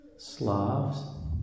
Slavs